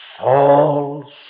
Saul